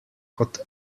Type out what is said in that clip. kot